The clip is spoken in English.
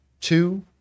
two